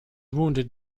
wounded